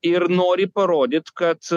ir nori parodyt kad